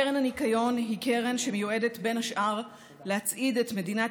קרן הניקיון היא קרן שמיועדת בין השאר להצעיד את מדינת